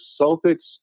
Celtics